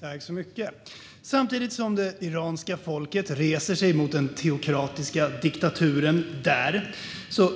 Herr talman! Samtidigt som det iranska folket reser sig mot den teokratiska diktaturen där